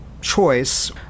choice